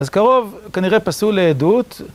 אז קרוב כנראה פסול לעדות